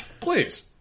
Please